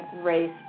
race